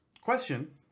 question